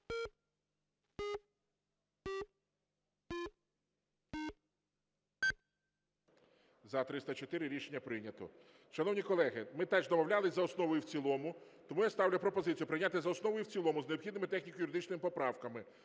За-304 Рішення прийнято. Шановні колеги, ми теж домовлялись за основу і в цілому. Тому я ставлю пропозицію прийняти за основу і в цілому з необхідними техніко-юридичними поправками